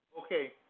Okay